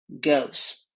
goes